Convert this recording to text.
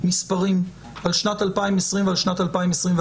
מספרים על שנת 2020 ושנת 2021,